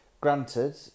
Granted